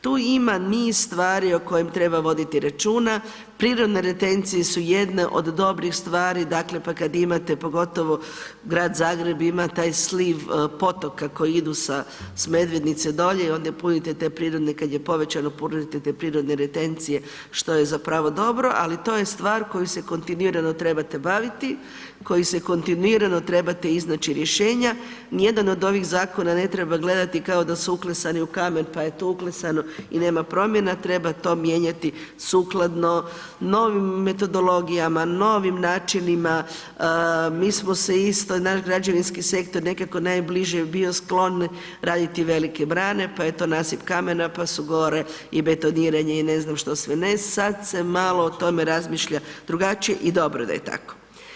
Tu ima niz stvari o kojem treba voditi računa, prirodne retencije su jedne od dobrih stvari, dakle, pa kad imate, pogotovo Grad Zagreb ima taj sliv potoka koji idu s Medvednice dolje i onda punite te prirodne, kad je povećano punite te prirodne retencije, što je zapravo dobro, ali to je stvar koju se kontinuirano trebate baviti, koju se kontinuirano trebate iznaći rješenja, nijedan od ovih zakona ne treba gledati kao da su uklesani u kamen, pa je to uklesano i nema promjena, treba to mijenjati sukladno novim metodologijama, novim načinima, mi smo se isto, naš građevinski sektor je nekako najbliže bio sklon raditi velike brane, pa je to nasip kamena, pa su gore i betoniranje i ne znam što sve ne, sad se malo o tome razmišlja drugačije i dobro da je tako.